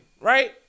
right